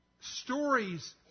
Stories